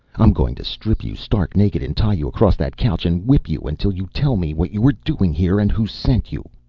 i'm going to strip you stark naked and tie you across that couch and whip you until you tell me what you were doing here, and who sent you!